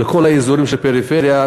לכל האזורים של הפריפריה,